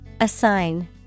Assign